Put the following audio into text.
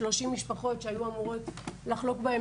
30 משפחות שהיו אמורות לחלוק בהם,